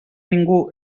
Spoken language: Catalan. ningú